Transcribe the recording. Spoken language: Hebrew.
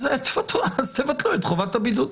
אז תבטלו את חובת הבידוד.